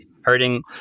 hurting